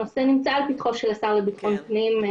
הנושא נמצא לפתחו של השר לביטחון הפנים.